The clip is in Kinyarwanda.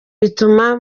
bituma